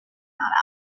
not